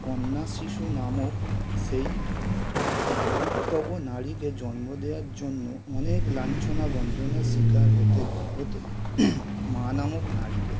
কন্যা শিশু নামক সেই ভবিতব্য নারীকে জন্ম দেওয়ার জন্য অনেক লাঞ্ছনা গঞ্জনার শিকার হতে হতো মা নামক নারীকে